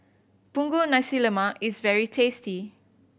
Punggol Nasi Lemak is very tasty